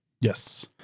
Yes